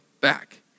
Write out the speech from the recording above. back